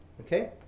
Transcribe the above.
okay